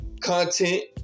content